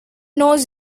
knows